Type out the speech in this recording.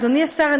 אדוני השר,